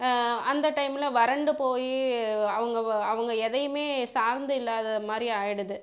அந்த டைமில் வறண்டு போய் அவங்க வ அவங்க எதையுமே சார்ந்து இல்லாத மாதிரி ஆகிடுது